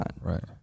Right